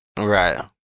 Right